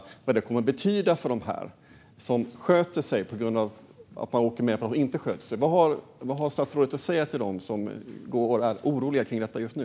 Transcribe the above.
Att de som sköter sig åker med bland dem som inte sköter sig, vad kommer detta att betyda för dem? Vad har statsrådet att säga till dem som oroar sig för detta just nu?